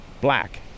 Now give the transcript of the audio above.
black